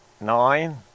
nine